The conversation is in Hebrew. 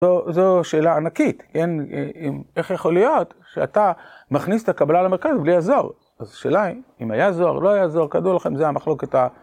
זו שאלה ענקית, כן, איך יכול להיות שאתה מכניס את הקבלה למרכז בלי הזוהר? אז השאלה היא, אם היה זוהר או לא היה זוהר, כידוע לכם זה המחלוקת ה...